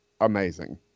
amazing